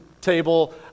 table